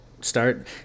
start